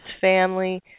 family